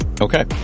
Okay